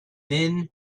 then